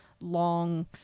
long